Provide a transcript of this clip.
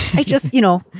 i just you know,